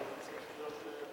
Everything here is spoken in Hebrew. למה זה צריך להיות,